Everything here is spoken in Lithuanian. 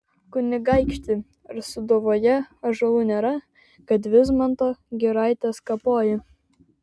kunigaikšti ar sūduvoje ąžuolų nėra kad vismanto giraites kapoji